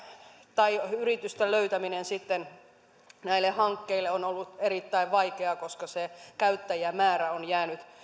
tai yritysten löytäminen näille hankkeille on ollut erittäin vaikeaa koska se käyttäjämäärä on jäänyt